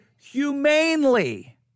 humanely